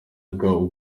bwabo